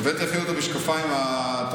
הבאתי אפילו את המשקפיים הטובים.